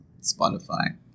Spotify